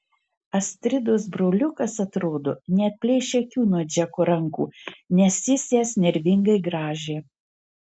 astridos broliukas atrodo neatplėšė akių nuo džeko rankų nes jis jas nervingai grąžė